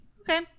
Okay